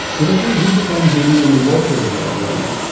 but actually, this depends maybe on the workload you are running.